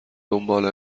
دنبال